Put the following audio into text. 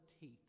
teeth